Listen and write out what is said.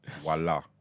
voila